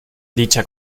dicha